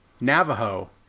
Navajo